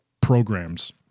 programs